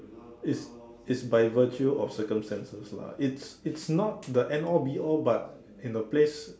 it's it's by virtue or circumstances lah it's it's not the end all be all but in a place